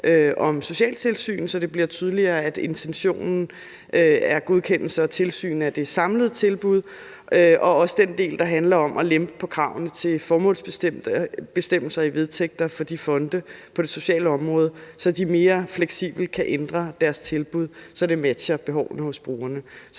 om socialtilsyn, så det bliver tydeligere, at intentionen er godkendelse af og tilsyn med det samlede tilbud, og også den del, der handler om at lempe på kravene til formålsbestemmelser i vedtægter for fonde på det sociale område, så de mere fleksibelt kan ændre deres tilbud, så det matcher behovene hos brugerne.